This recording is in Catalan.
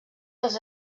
dels